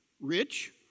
rich